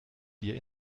dir